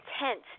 intent